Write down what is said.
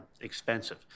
expensive